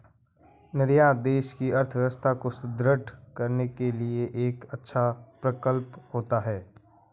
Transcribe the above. निर्यात देश की अर्थव्यवस्था को सुदृढ़ करने के लिए एक अच्छा प्रकल्प होता है